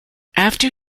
after